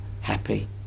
happy